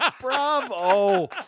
Bravo